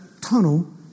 tunnel